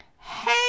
Hey